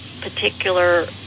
particular